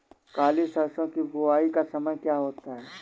काली सरसो की बुवाई का समय क्या होता है?